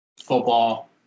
football